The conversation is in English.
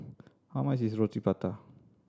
how much is Roti Prata